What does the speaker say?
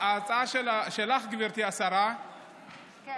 ההצעה שלך, גברתי השרה, כן.